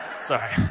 Sorry